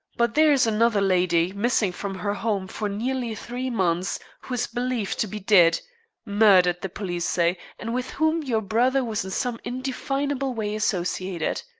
but there is another lady, missing from her home for nearly three months, who is believed to be dead murdered, the police say and with whom your brother was in some indefinable way associated.